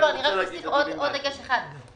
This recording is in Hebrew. לא, לא, אני אוסיף רק עוד דגש אחד.